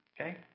okay